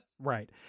Right